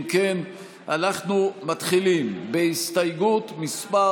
אם כן, אנחנו מתחילים בהסתייגות מס'